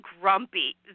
grumpy